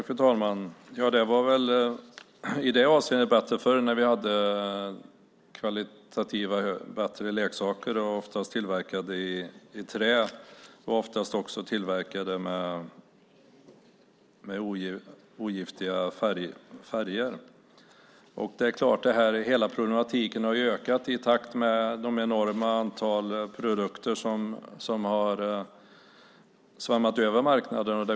Fru talman! Det var i det avseendet bättre förr när vi hade kvalitativt bättre leksaker och oftast tillverkade i trä. De var oftast också tillverkade med giftfria färger. Problematiken har ökat i takt med det enorma antal produkter som har översvämmat marknaden.